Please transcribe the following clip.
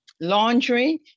laundry